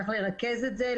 צריך לרכז את זה,